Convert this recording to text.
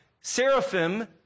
Seraphim